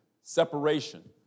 separation